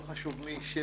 לא חשוב מי ישב,